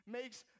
makes